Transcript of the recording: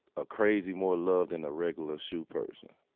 a crazy more love than the regular shoe person.